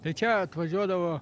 tai čia atvažiuodavo